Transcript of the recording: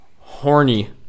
Horny